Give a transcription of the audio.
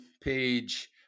page